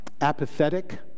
apathetic